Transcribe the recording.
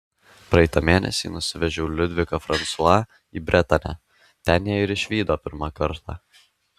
praeitą mėnesį nusivežiau liudviką fransua į bretanę ten ją ir išvydo pirmą kartą